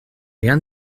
rien